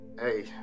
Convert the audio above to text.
Hey